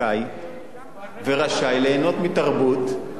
ורשאי ליהנות מתרבות שהוא מאמין בה,